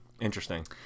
interesting